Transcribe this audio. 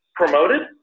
promoted